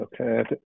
Okay